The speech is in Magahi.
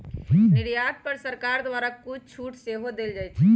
निर्यात पर सरकार द्वारा कुछ छूट सेहो देल जाइ छै